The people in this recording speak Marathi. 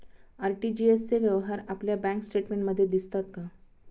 आर.टी.जी.एस चे व्यवहार आपल्या बँक स्टेटमेंटमध्ये दिसतात का?